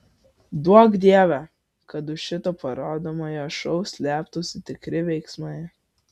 duok dieve kad už šito parodomojo šou slėptųsi tikri veiksmai